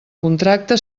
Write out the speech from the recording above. contracte